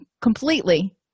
completely